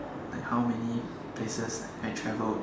like how many places I travelled